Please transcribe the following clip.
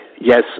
yes